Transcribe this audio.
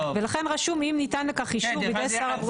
ולכן רשום "אם ניתן לכך אישור על ידי שר הבריאות ושר התקשורת".